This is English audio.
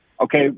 okay